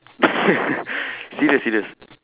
serious serious